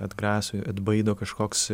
atgraso atbaido kažkoks